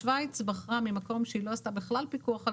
שוויץ בחרה ממקום שהיא לא עשתה בכלל פיקוח על